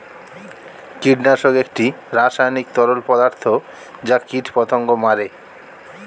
কীটনাশক একটি রাসায়নিক তরল পদার্থ যা কীটপতঙ্গ মারে